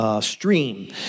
Stream